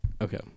Okay